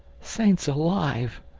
saints alive!